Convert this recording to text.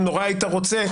אם נורא היית רוצה,